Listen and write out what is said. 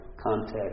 context